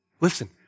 Listen